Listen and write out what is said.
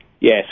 yes